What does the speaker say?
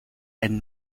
and